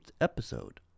episode